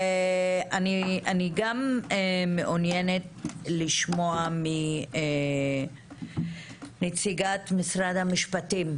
אני מעוניינת לשמוע את נציגת משרד המשפטים.